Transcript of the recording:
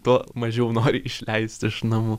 tuo mažiau nori išleisti iš namų